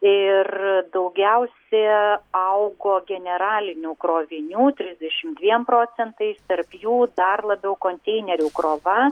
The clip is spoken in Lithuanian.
ir daugiausia augo generalinių krovinių trisdešim dviem procentais tarp jų dar labiau konteinerių krova